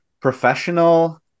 professional